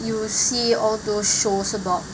you see all those shows about